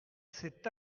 cet